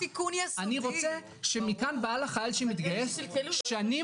אני רוצה שמכאן והלאה חייל שמתגייס שנים